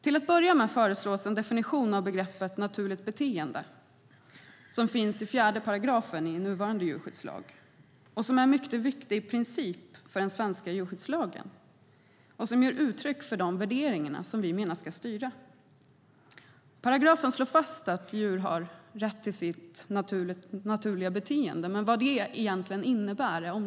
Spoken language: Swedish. Till att börja med föreslås en definition av begreppet naturligt beteende i 4 § i den nuvarande djurskyddslagen, vilket är en mycket viktig princip för den svenska djurskyddslagen som ger uttryck för de värderingar som vi menar ska styra. Paragrafen slår fast att djur har rätt till sitt naturliga beteende, men det är omdiskuterat vad det egentligen innebär.